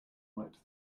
might